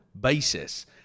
basis